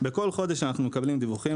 בכל חודש אנחנו מקבלים דיווחים.